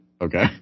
Okay